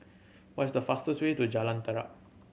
what is the fastest way to Jalan Terap